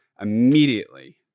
Immediately